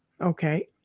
Okay